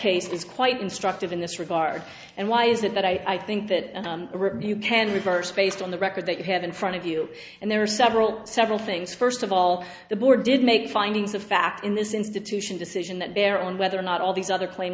is quite instructive in this regard and why is it that i think that you can reverse based on the record that you have in front of you and there are several several things first of all the board did make findings of fact in this institution decision that bear on whether or not all these other claim